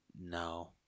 no